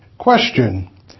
Question